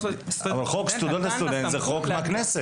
אבל חוק זכויות הסטודנט זה חוק בכנסת.